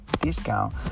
discount